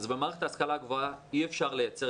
אז במערכת ההשכלה הגבוהה אי אפשר לייצר